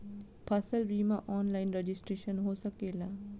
फसल बिमा online registration हो सकेला?